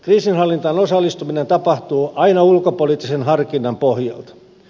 kriisinhallintaan osallistuminen tapahtuu aina ulkopoliittisen harkinnan pohjalta